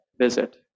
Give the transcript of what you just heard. visit